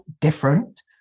different